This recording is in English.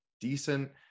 decent